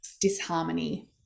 disharmony